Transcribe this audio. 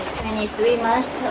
twenty three months